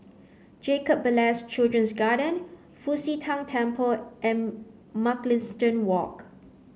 Jacob Ballas Children's Garden Fu Xi Tang Temple and Mugliston Walk